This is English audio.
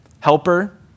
Helper